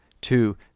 two